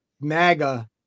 MAGA